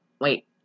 Wait